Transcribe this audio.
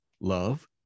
love